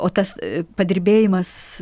o tas padirbėjimas